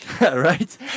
right